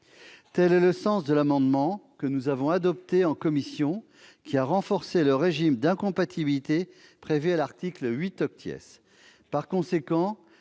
Tel est le sens de l'amendement que nous avons adopté en commission, visant à renforcer le régime d'incompatibilité prévu à l'article 8 . Par conséquent,